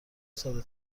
ساده